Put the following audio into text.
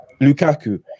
Lukaku